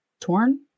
torn